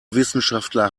wissenschaftler